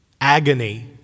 agony